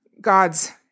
God's